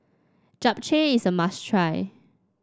japchae is a must try